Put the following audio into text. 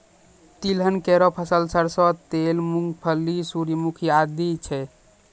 तिलहन केरो फसल सरसों तेल, मूंगफली, सूर्यमुखी आदि छै